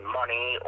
money